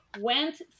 went